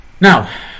now